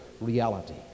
reality